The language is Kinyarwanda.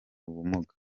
ubumuga